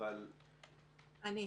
אני.